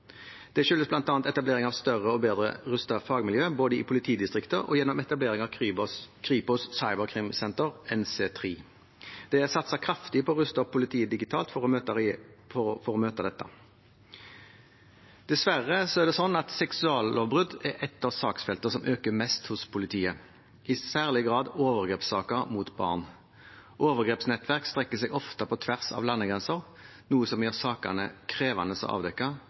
både i politidistriktene og gjennom etablering av Nasjonalt Cyberkrimsenter, NC3, ved Kripos. Det er satset kraftig på å ruste politiet digitalt for å møte dette. Dessverre er det slik at seksuallovbrudd er et av saksfeltene som øker mest hos politiet, i særlig grad overgrepssaker mot barn. Overgrepsnettverk strekker seg ofte på tvers av landegrenser, noe som gjør sakene krevende å avdekke